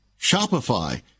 Shopify